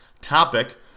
topic